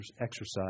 exercise